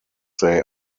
they